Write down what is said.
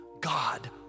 god